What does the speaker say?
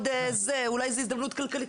אולי זאת הזדמנות כלכלית.